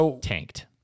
tanked